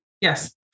Yes